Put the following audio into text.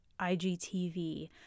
IGTV